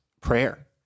prayer